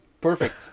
Perfect